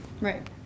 Right